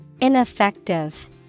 Ineffective